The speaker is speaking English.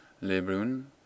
lebrun